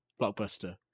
Blockbuster